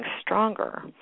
stronger